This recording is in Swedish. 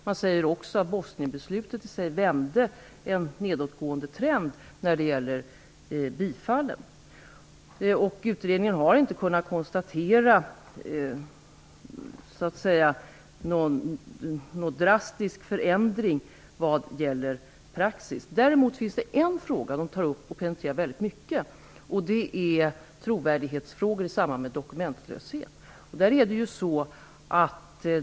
Man säger också att Bosnienbeslutet vände en nedåtgående trend när det gäller bifallen. Utredningen har inte kunnat konstatera någon drastisk förändring av praxis. Däremot finns det en fråga som tas upp och penetreras väldigt mycket. Den gäller trovärdigheten vid dokumentlöshet.